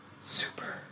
Super